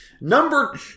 Number